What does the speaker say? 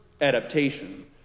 adaptation